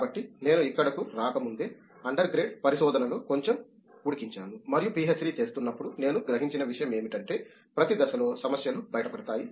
కాబట్టి నేను ఇక్కడకు రాకముందే అండర్ గ్రేడ్ పరిశోధనలో కొంచెం ఉడికించాను మరియు పీహెచ్డీ చేస్తున్నప్పుడు నేను గ్రహించిన విషయం ఏమిటంటే ప్రతి దశలో సమస్యలు బయటపడతాయి